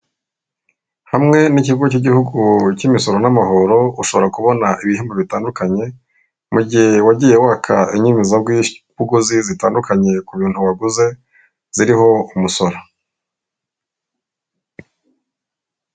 Hamwe n'ikigo cy'igihugu cy'imisoro n'amahoro, ushobora kubona ibihembo bitandukanye, mu gihe wagiye waka inyemezabuguzi zitandukanye ku bintu waguze, ziriho umusoro.